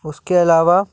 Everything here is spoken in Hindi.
उसके अलावा